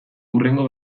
hurrengo